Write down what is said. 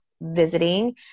visiting